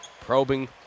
probing